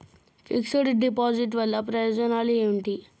Fix డ్ deposit వల్ల ప్రయోజనాలు ఏమిటి?